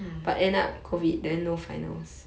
mm